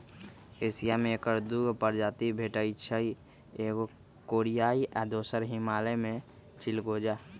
Asia में ऐकर दू गो प्रजाति भेटछइ एगो कोरियाई आ दोसर हिमालय में चिलगोजा